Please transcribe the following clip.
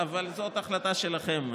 אבל זאת החלטה שלכם.